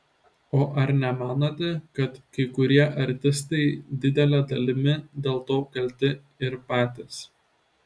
o ar nemanote kad kai kurie artistai didele dalimi dėl to kalti ir patys